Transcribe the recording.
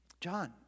John